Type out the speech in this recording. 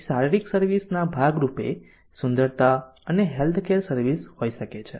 પછી શારીરિક સર્વિસ ના ભાગરૂપે સુંદરતા અને હેલ્થકેર સર્વિસ હોઈ શકે છે